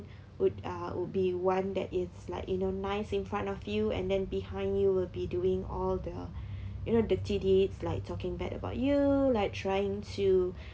would uh would be one that is like you know nice in front of you and then behind you will be doing all the you know the td eight like talking bad about you like trying to